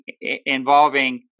involving